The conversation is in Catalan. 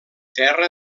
terra